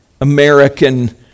American